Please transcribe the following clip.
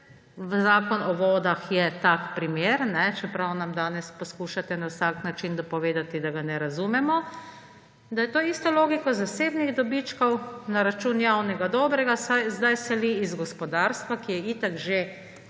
Zakon o vodah je tak primer, čeprav nam danes poskušate na vsak način dopovedati, da ga ne razumemo, da to isto logiko zasebnih dobičkov na račun javnega dobrega zdaj seli z gospodarstva, ki je itak že